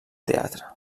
teatre